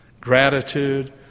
Gratitude